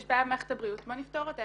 יש בעיה במערכת הבריאות, בואו נפתור אותו.